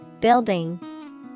Building